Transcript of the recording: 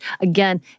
again